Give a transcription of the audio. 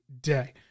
day